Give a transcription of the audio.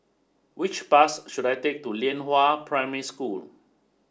which bus should I take to Lianhua Primary School